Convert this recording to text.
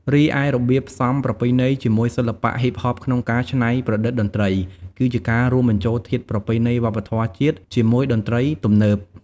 រីឯរបៀបផ្សំប្រពៃណីជាមួយសិល្បៈហ៊ីបហបក្នុងការច្នៃប្រឌិតតន្ត្រី គឺជាការរួមបញ្ចូលធាតុប្រពៃណីវប្បធម៌ជាតិជាមួយតន្ត្រីទំនើប។